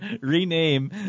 rename